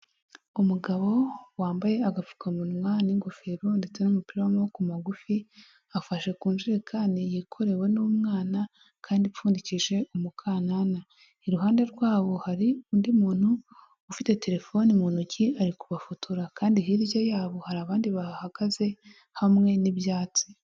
Umugabo wambaye agapfukamunwa n'ingofero ndetse n'umupira w'amaboko magufi, afashe ku njerekani yikorewe n'umwana, kandi ipfundikishije umukanana. Iruhande rwabo hari undi muntu ufite telefone mu ntoki ari kubafotora, kandi hirya yabo hari abandi bahagaze hamwe n'ibyatsi.